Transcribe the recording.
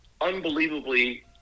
unbelievably